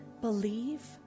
believe